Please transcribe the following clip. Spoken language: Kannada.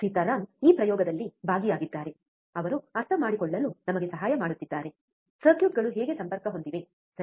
ಸೀತಾರಾಮ್ ಈ ಪ್ರಯೋಗದಲ್ಲಿ ಭಾಗಿಯಾಗಿದ್ದಾರೆ ಅವರು ಅರ್ಥಮಾಡಿಕೊಳ್ಳಲು ನಮಗೆ ಸಹಾಯ ಮಾಡುತ್ತಿದ್ದಾರೆ ಸರ್ಕ್ಯೂಟ್ಗಳು ಹೇಗೆ ಸಂಪರ್ಕ ಹೊಂದಿವೆ ಸರಿ